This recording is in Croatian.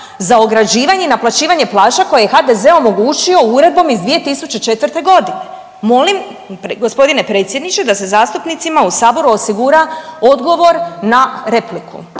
za ograđivanje i naplaćivanje plaža koje je HDZ omogućio uredbom iz 2004. godine. Molim gospodine predsjedniče da se zastupnicima u saboru osigura odgovor na repliku